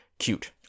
Cute